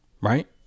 right